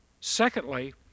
Secondly